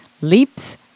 leaps